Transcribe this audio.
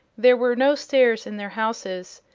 there were no stairs in their houses,